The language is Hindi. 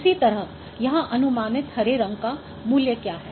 इसी तरह यहां अनुमानित हरे रंग का मूल्य क्या है